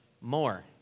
more